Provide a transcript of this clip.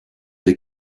des